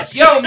yo